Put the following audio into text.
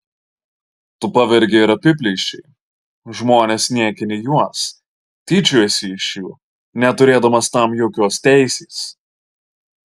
tu pavergei ir apiplėšei žmones niekini juos tyčiojiesi iš jų neturėdamas tam jokios teisės